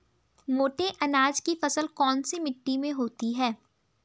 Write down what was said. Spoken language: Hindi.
मोटे अनाज की फसल कौन सी मिट्टी में होती है?